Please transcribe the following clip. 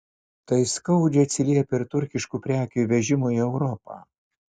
tai skaudžiai atsiliepia ir turkiškų prekių įvežimui į europą